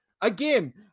again